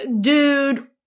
dude